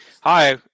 Hi